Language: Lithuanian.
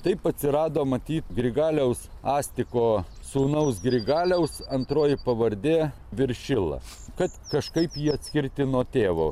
taip atsirado matyt grigaliaus astiko sūnaus grigaliaus antroji pavardė viršila kad kažkaip jį atskirti nuo tėvo